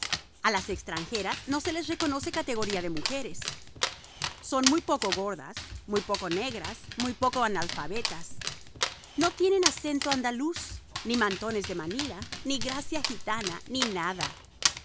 a las extranjeras no se les reconoce categoría de mujeres son muy poco gordas muy poco negras muy poco analfabetas no tienen acento andaluz ni mantones de manila ni gracia gitana ni nada